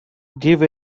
give